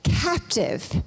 captive